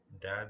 dad